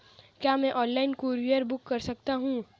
क्या मैं online courier book कर सकता हूँ?